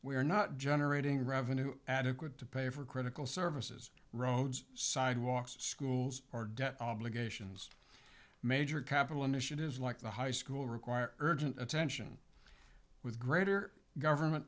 where not generating revenue adequate to pay for critical services roads sidewalks schools our debt obligations major capital initiatives like the high school require urgent attention with greater government